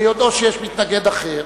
ביודעו שיש מתנגד אחר,